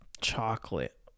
chocolate